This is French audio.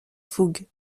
fougue